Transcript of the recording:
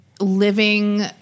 living